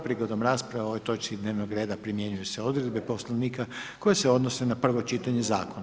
Prigodom rasprave o ovoj točci dnevnog reda, primjenjuju se odredbe poslovnika, koje se odnose na prvo čitanje zakona.